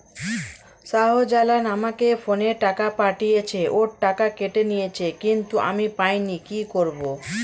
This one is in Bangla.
শাহ্জালাল আমাকে ফোনে টাকা পাঠিয়েছে, ওর টাকা কেটে নিয়েছে কিন্তু আমি পাইনি, কি করব?